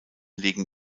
legen